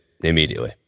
immediately